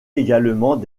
également